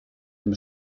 dem